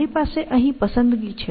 મારી પાસે અહીં પસંદગી છે